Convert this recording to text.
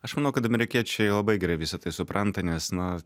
aš manau kad amerikiečiai labai gerai visa tai supranta nes na